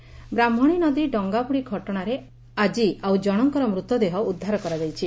ଡଙ୍ ବ୍ରାହ୍କଶୀ ନଦୀ ଡଙ୍ଗାବୁଡ଼ି ଘଟଣାରେ ଆକି ଆଉ ଜଣଙ୍କର ମୃତଦେହ ଉଦ୍ଧାର ହୋଇଛି